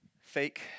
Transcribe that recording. fake